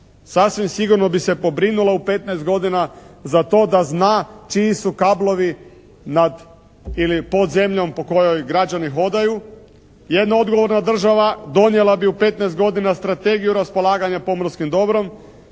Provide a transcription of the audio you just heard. sasvim sigurno bi se pobrinula u petnaest godina za to da zna čiji su kablovi nad ili pod zemljom po kojoj građani hodaju. Jedna odgovorna država donijela bi u petnaest godina strategiju raspolaganja pomorskim dobrom.